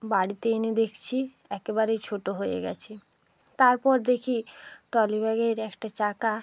বাড়িতে এনে দেখছি একেবারেই ছোটো হয়ে গেছে তারপর দেখি ট্রলিব্যাগের একটা চাকা